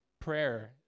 prayer